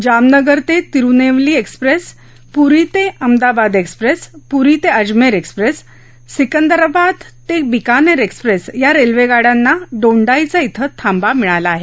जामनगर ते तिरुनेवली एक्सप्रेस पुरी ते अहमदाबाद एक्सप्रेस पुरी ते अजमेर एक्सप्रेस सिकंदराबाद ते बिकानेर एक्सप्रेस या रेल्वेगाड्यांना दोंडाईचा धिं थांबा मिळाला आहे